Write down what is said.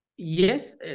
Yes